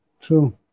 true